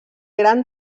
gran